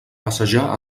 passejar